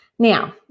Now